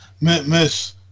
miss